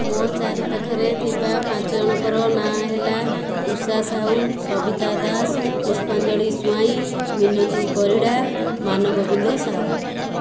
ମୋ' ଚାରି ପାଖରେ ଥିବା ପାଞ୍ଚ ଜଣଙ୍କର ନାଁ ହେଲା କୁଶା ସାହୁ ସବିତା ଦାସ ପୁଷ୍ପାଞ୍ଜଳି ସ୍ଵାଇଁ ମିନତୀ ପରିଡ଼ା ମାନଗୋବିନ୍ଦ ସାହୁ